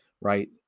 right